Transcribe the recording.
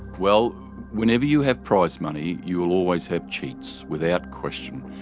well whenever you have prize money you will always have cheats, without question.